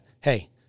hey